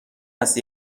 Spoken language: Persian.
است